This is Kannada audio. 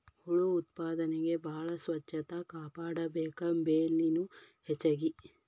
ಹುಳು ಉತ್ಪಾದನೆಗೆ ಬಾಳ ಸ್ವಚ್ಚತಾ ಕಾಪಾಡಬೇಕ, ಬೆಲಿನು ಹೆಚಗಿ